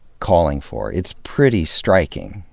calling for. it's pretty striking,